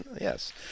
Yes